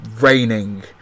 raining